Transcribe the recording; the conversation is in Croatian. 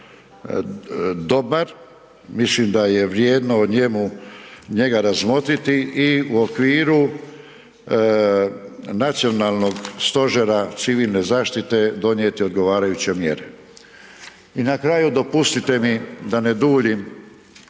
dobar, mislim da je vrijedno o njemu, njega razmotriti i u okviru Nacionalnog stožera civilne zaštite donijeti odgovarajuće mjere. I na kraju, dopustite mi da ne duljim,